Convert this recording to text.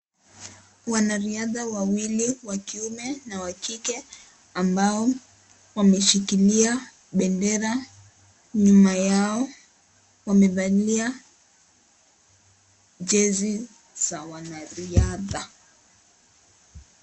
Wanariadha wawili wa kiume na wakike ambao wameshikilia bendera nyuma yao. Wamevalia jezi za wanariadha.